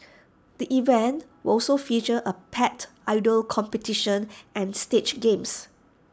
the event will also feature A pet idol competition and stage games